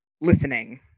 listening